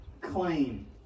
claim